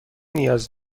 نیاز